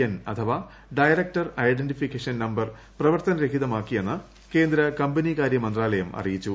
N അഥവാ director identification number ഷ്ട്രീർത്ത്നരഹിതമാക്കിയെന്ന് കേന്ദ്ര കമ്പനി കാര്യ മന്ത്രാലയം അറിയ്യിച്ചു